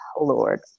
Lord